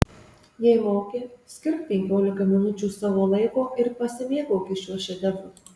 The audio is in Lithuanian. jei moki skirk penkiolika minučių savo laiko ir pasimėgauki šiuo šedevru